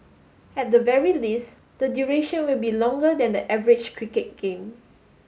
at the very least the duration will be longer than the average cricket game